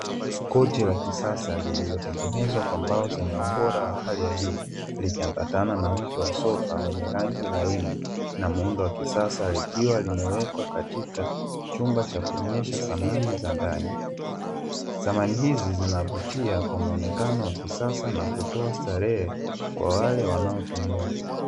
Kochi la kisasa lilotengenezwa kwa mbao zenye ubora wa hali ya juu, likiambatana na mto wa sofa wenye rangi laini na muundo wa kisasa, likiwa limewekwa katika chumba cha kuonyesha samani za ndani samani hizi zinavutia kwa muonekano wa kisasa na hutoa starehe kwa wale wanaotumia.